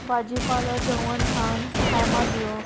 भाजी पालो जेवण खाण टायमार दिवप